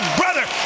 brother